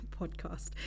podcast